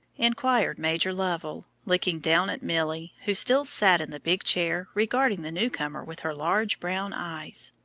inquired major lovell, looking down at milly, who still sat in the big chair, regarding the new-comer with her large brown eyes.